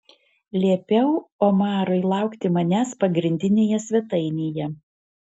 liepiau omarui laukti manęs pagrindinėje svetainėje